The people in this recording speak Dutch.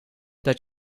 dat